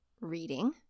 reading